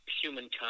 humankind